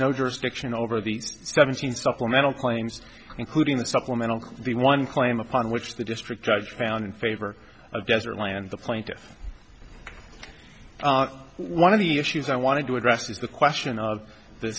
no jurisdiction over these seventeen supplemental claims including the supplemental the one claim upon which the district judge found in favor of desert land the plaintiffs one of the issues i wanted to address is the question of the